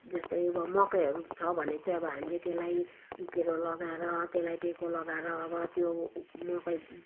जस्तै अब मकैहरू छ भने चाहिँ अब हामीले त्यसलाई उकेरो लगाएर त्यसलाई टेको लगाएर अब त्यो मकै